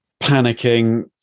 panicking